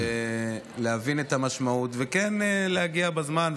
ולהבין את המשמעות וכן להגיע בזמן.